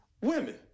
women